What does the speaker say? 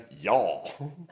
y'all